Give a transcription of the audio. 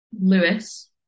Lewis